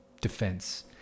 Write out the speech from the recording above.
defense